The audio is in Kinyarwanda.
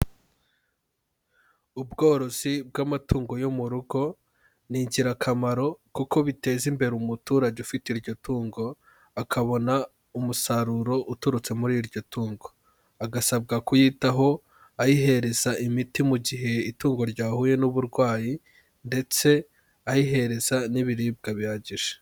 Ubworozi bw'amatungo yo mu rugo ni ingirakamaro kuko biteza imbere umuturage ufite iryo tungo akabona umusaruro uturutse muri iryo tungo, agasabwa kuyitaho ayihereza imiti mu gihe itungo ryahuye n'uburwayi ndetse ayihereza n'ibiribwa bihagije.